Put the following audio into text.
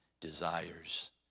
desires